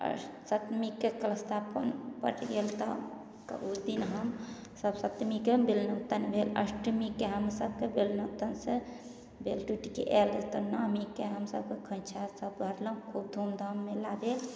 अँ सतमीके कलश स्थापन पड़ैए तबके ओहिदिन हमसभ सतमीके बेल नोतन भेल अष्टमीके हमसभकेँ बेल नोतनसे बेल टुटिके आएल तब नौमीके हमसभ खोँइछा ओँइछा भरलहुँ खूब धूमधाम मेलाके